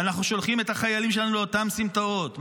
ואנחנו שולחים את החיילים שלנו לאותן סמטאות.